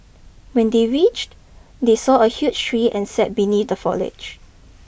when they reach they saw a huge tree and sat beneath the foliage